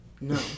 No